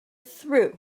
through